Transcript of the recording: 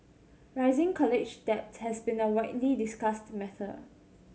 rising college debt has been a widely discussed matter